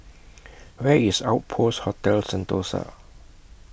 Where IS Outpost Hotel Sentosa